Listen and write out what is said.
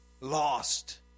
lost